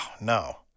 no